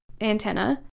antenna